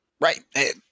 Right